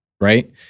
right